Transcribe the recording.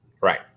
Right